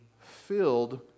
filled